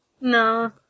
No